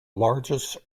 largest